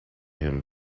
him